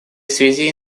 связи